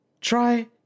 Try